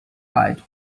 eyed